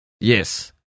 Yes